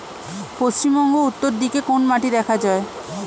পশ্চিমবঙ্গ উত্তর দিকে কোন মাটি দেখা যায়?